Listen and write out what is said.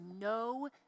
no